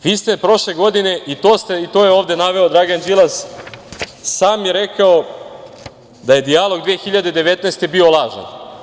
Vi ste prošle godine, i to je ovde naveo Dragan Đilas, sam je rekao da je dijalog 2019. bio lažan.